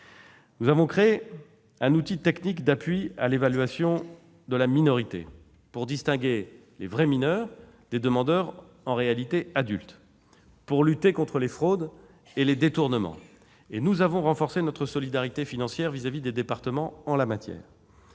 Nous avons créé un outil technique d'appui à l'évaluation de la minorité, pour distinguer les vrais mineurs des demandeurs en réalité adultes, pour lutter contre les fraudes et les détournements. Et nous avons renforcé notre solidarité financière à l'égard des départements en la matière.